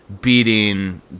beating